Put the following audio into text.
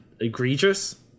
egregious